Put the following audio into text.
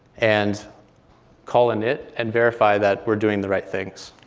and call init and verify that we're doing the right things.